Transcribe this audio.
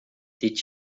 did